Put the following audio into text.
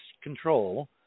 control